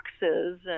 boxes